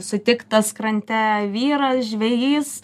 sutiktas krante vyras žvejys